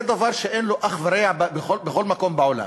זה דבר שאין לו אח ורע בשום מקום בעולם.